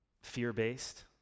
fear-based